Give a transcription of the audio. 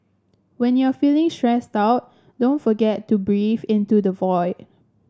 when you are feeling stressed out don't forget to breathe into the void